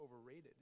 overrated